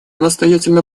настоятельно